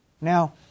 Now